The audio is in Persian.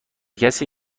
کسی